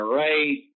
right